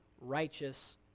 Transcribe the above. righteous